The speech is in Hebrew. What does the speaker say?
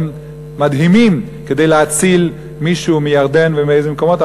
מדהימים כדי להציל מישהו מירדן ומאיזה מקומות,